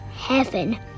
heaven